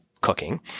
cooking